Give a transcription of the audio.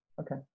Okay